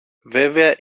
βέβαια